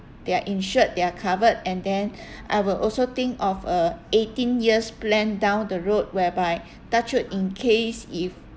they're insured they're covered and then I will also think of uh eighteen years planned down the road whereby touch wood in case if